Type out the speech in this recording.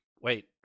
Wait